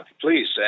please